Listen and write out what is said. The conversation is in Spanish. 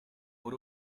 por